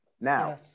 Now